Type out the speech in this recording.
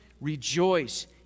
rejoice